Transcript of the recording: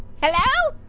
hello?